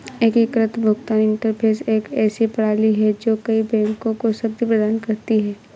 एकीकृत भुगतान इंटरफ़ेस एक ऐसी प्रणाली है जो कई बैंकों को शक्ति प्रदान करती है